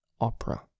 Opera